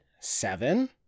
Seven